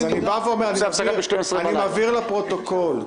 אז אני בא ואומר: אני מבהיר לפרוטוקול,